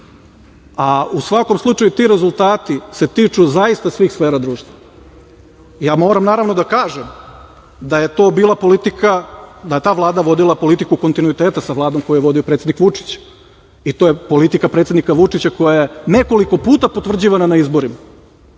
a u svakom slučaju ti rezultati se tiču zaista svih sfera društva. Moram naravno da kažem, da je to bila politika, da je ta vlada vodila politiku kontinuiteta sa vladom koju je vodio predsednik Vučić i to je politika predsednika Vučića koja je nekoliko puta potvrđivana na izborima,